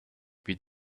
beat